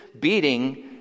beating